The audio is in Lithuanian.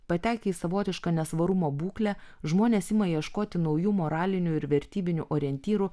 patekę į savotišką nesvarumo būklę žmonės ima ieškoti naujų moralinių ir vertybinių orientyrų